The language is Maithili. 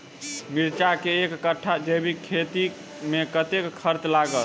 मिर्चा केँ एक कट्ठा जैविक खेती मे कतेक खर्च लागत?